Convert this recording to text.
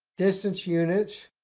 distance units.